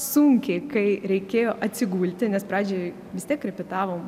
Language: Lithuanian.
sunkiai kai reikėjo atsigulti nes pradžioj vis tiek repetavom